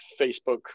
Facebook